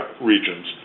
regions